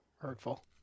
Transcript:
Hurtful